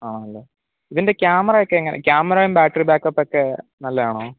ആണല്ലേ ഇതിന്റെ ക്യാമറയൊക്കെ എങ്ങനെയാ ക്യാമറയും ബേറ്ററി ബേക്കപ്പ് ഒക്കെ നല്ലത് ആണോ